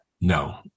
No